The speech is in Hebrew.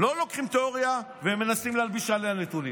לא לוקחים תיאוריה ומנסים להלביש עליה נתונים.